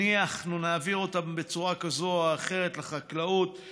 אנחנו נעביר אותם בצורה כזאת או אחרת לחקלאות,